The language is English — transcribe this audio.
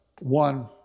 one